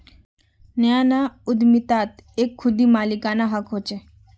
नया नया उद्दमितात एक खुदी मालिकाना हक़ होचे